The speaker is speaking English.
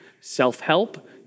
self-help